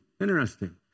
interesting